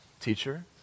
teacher